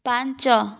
ପାଞ୍ଚ